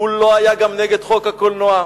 לא היה גם נגד חוק הקולנוע.